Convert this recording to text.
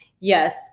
Yes